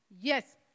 yes